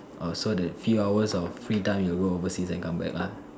oh so the few hours of free time you go overseas and come back lah